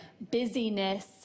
busyness